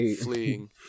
fleeing